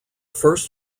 first